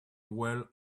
well